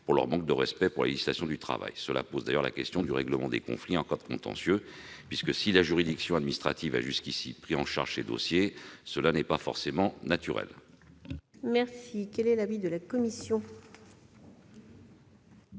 pour leur manque de respect pour la législation du travail, ce qui pose d'ailleurs la question du règlement des conflits en contentieux, puisque si la juridiction administrative a jusqu'ici pris en charge ces dossiers, ce n'est pas forcément naturel. Quel est l'avis de la commission ?